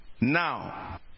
Now